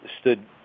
stood